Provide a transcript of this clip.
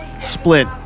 Split